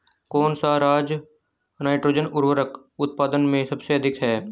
कौन सा राज नाइट्रोजन उर्वरक उत्पादन में सबसे अधिक है?